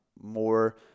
more –